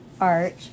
arch